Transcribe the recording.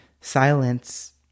silence